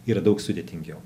yra daug sudėtingiau